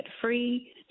free